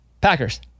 Packers